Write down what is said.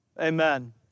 Amen